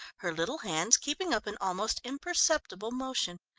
her little hands keeping up an almost imperceptible motion.